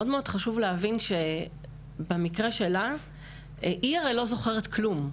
מאוד חשוב להבין שבמקרה שלה היא הרי לא זוכרת כלום,